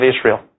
Israel